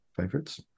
favorites